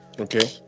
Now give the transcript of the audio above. Okay